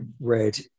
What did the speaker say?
read